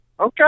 Okay